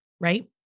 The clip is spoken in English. right